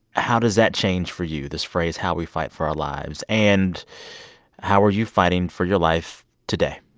how does that change for you this phrase, how we fight for our lives? and how are you fighting for your life today?